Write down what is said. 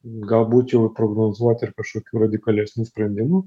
gal būčiau prognozuot ir kažkokių radikalesnių sprendimų